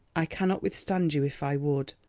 i cannot withstand you if i would.